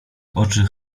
oczy